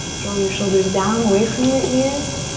draw your shoulders down, away from your ears.